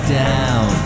down